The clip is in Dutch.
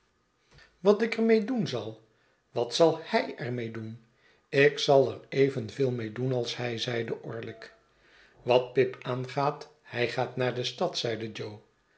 wat ik er mee doen zal wat zal hij er mee doen ik zal er evenveel mee doen als hij zeide orlick wat pip aangaat hij gaat naar d stad zeide jo